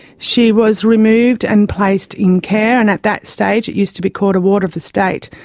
she was removed and placed in care, and at that stage, it used to be called a ward of the state,